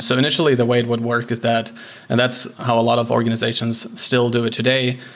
so initially, the way it would work is that and that's how a lot of organizations still do it today.